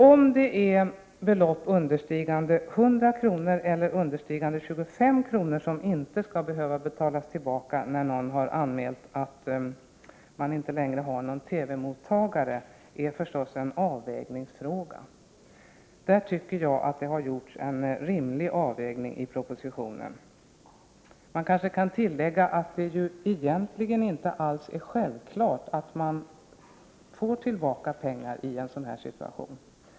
Om det är belopp understigande 100 kronor eller understigande 25 kronor som skall behöva betalas tillbaka när någon har anmält att han inte längre har TV-mottagare är naturligtvis en avvägningsfråga. Där tycker jag att det har gjorts en rimlig avvägning i propositionen. Man kan kanske tillägga att det egentligen inte alls är självklart att man får tillbaka pengar i en sådan situation.